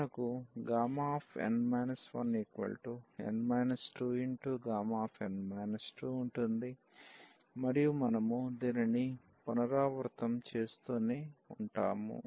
మనకు n 1Γ ఉంటుంది మరియు మనము దీనిని పునరావృతం చేస్తూనే ఉంటాము